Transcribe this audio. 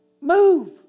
Move